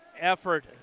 effort